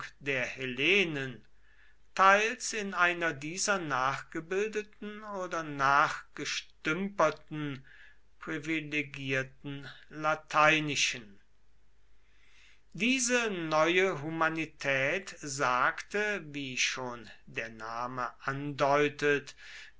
der hellenen teils in einer dieser nachgebildeten oder nachgestümperten privilegierten lateinischen diese neue humanität sagte wie schon der name andeutet